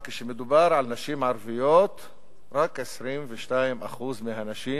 אבל כשמדובר על נשים ערביות רק 22% מהנשים